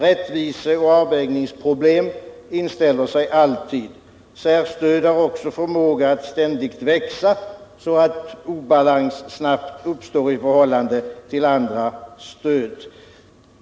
Rättviseoch avvägningsproblem inställer sig alltid. Särstöd har också förmåga att ständigt växa, så att obalans snabbt uppstår i förhållande till andra stöd.